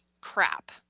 crap